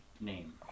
name